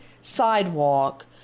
sidewalk